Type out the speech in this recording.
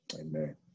amen